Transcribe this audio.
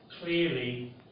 Clearly